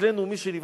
אצלנו מי שנבחר,